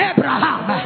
Abraham